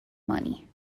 money